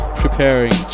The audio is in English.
preparing